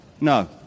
No